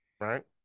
right